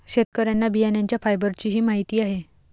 शेतकऱ्यांना बियाण्यांच्या फायबरचीही माहिती आहे